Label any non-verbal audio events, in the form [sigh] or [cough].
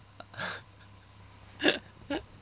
[laughs]